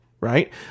Right